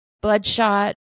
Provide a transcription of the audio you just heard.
Bloodshot